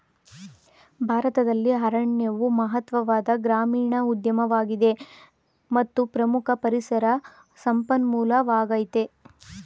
ಭಾರತದಲ್ಲಿ ಅರಣ್ಯವು ಮಹತ್ವದ ಗ್ರಾಮೀಣ ಉದ್ಯಮವಾಗಿದೆ ಮತ್ತು ಪ್ರಮುಖ ಪರಿಸರ ಸಂಪನ್ಮೂಲವಾಗಯ್ತೆ